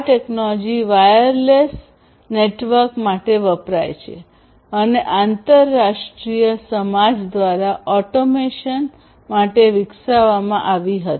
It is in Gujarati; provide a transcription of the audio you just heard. આ ટેકનોલોજી વાયરલેસ નેટવર્ક માટે વપરાય છે અને આંતરરાષ્ટ્રીય સમાજ દ્વારા ઓટોમેશન માટે વિકસાવવામાં આવી હતી